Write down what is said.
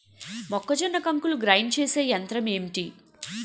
మొక్కజొన్న కంకులు గ్రైండ్ చేసే యంత్రం ఏంటి?